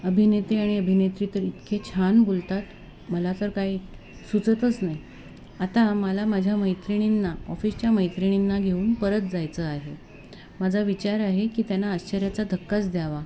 अभिनेते आणि अभिनेत्री तर इतके छान बोलतात मला तर काही सुचतच नाही आता मला माझ्या मैत्रिणींना ऑफिसच्या मैत्रिणींना घेऊन परत जायचं आहे माझा विचार आहे की त्यांना आश्चर्याचा धक्काच द्यावा